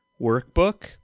Workbook